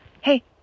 hey